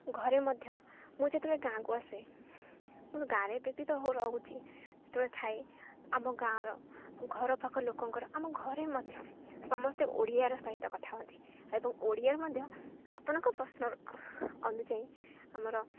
ଘରେ ମଧ୍ୟ ମୁଁ ଯେତେବେଳେ ଗାଁକୁ ଆସେ ମୋ ଗାଁରେ ଏବେ ବି ତ ରହୁଚି ଯେତେବେଳେ ଥାଏ ଆମ ଗାଁର ଘର ପାଖ ଲୋକଙ୍କର ଆମ ଘରେ ମଧ୍ୟ ସମସ୍ତେ ଓଡ଼ିଆର ସହିତ କଥା ହୁଅନ୍ତି ଏବଂ ଓଡ଼ିଆରେ ମଧ୍ୟ ଆପଣଙ୍କ ପ୍ରଶ୍ନର ଅନୁଯାୟୀ ଆମର